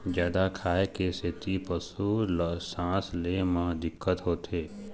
जादा खाए के सेती पशु ल सांस ले म दिक्कत होथे